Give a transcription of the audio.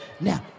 now